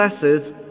blesses